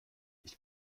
ich